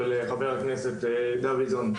ולחבר הכנסת דוידסון,